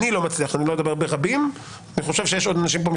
ואני חושב שיש עוד אנשים פה,